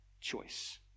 choice